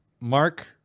mark